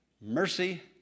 Mercy